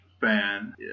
fan